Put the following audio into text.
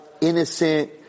innocent